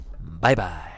Bye-bye